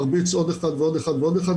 מרביץ עוד אחד ועוד ועוד אחת,